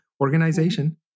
organization